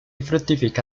fructifica